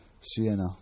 Siena